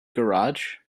garage